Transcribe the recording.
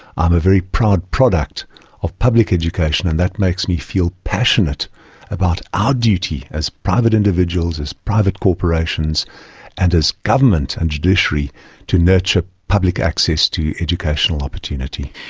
i'm a very proud product of public education and that makes me feel passionate about our duty as private individuals, as private corporations and as government and judiciary to nurture public access to educational opportunity.